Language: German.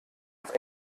auf